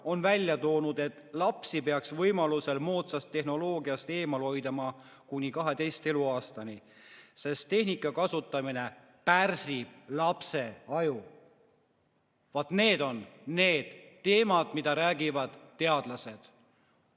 on välja toonud, et lapsi peaks võimalusel moodsast tehnoloogiast eemal hoidma kuni 12. eluaastani, sest tehnika kasutamine pärsib lapse aju [arengut]. Vaat need on need teemad, mida räägivad teadlased.